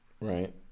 Right